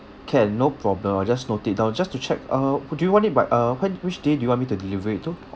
can no problem I'll just note it down just to check uh would you want it by uh when which day do you want me to deliver it to